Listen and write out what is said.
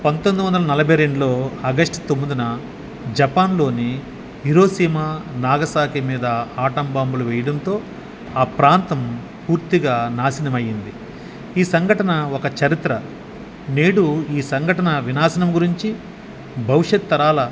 పంతొమ్మిది వందల నలభై రెండులో ఆగస్టు తొమ్మిదిన జపాన్లోని హిరోషిమా నాగసాకి మీద ఆటం బాంబులు వేయడంతో ఆ ప్రాంతం పూర్తిగా నాశనమయింది ఈ సంఘటన ఒక చరిత్ర నేడు ఈ సంఘటన వినాశనం గురించి భవిష్యత్ తరాల